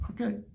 Okay